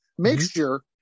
mixture